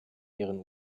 ihren